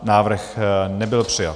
Návrh nebyl přijat.